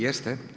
Jeste.